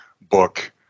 book